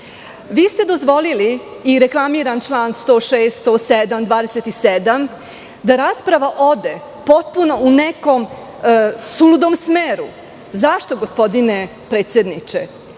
ste dozvolili i reklamiram član 106. i 107. i 27. da rasprava ode potpuno u nekom suludom smeru. Zašto to, gospodine predsedniče? Da